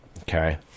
Okay